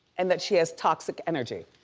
and that she has toxic energy.